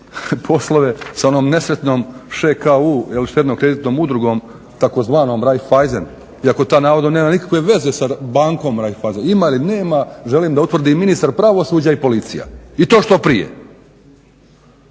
poslove sa onom nesretnom ŠKU štedno-kreditnom udrugom tzv. Raiffeisen iako ta navodno nema nikakve veze sa bankom Raiffeisen. Ima ili nema želim da utvrdi i ministar pravosuđa i policija i to što prije,